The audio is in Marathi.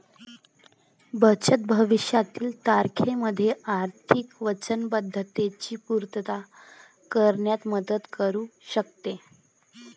बचत भविष्यातील तारखेमध्ये आर्थिक वचनबद्धतेची पूर्तता करण्यात मदत करू शकते